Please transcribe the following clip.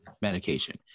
medication